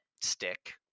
stick